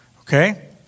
Okay